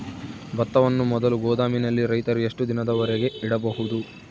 ಭತ್ತವನ್ನು ಮೊದಲು ಗೋದಾಮಿನಲ್ಲಿ ರೈತರು ಎಷ್ಟು ದಿನದವರೆಗೆ ಇಡಬಹುದು?